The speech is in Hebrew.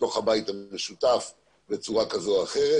בתוך הבית המשותף בצורה כזאת או אחר.